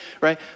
right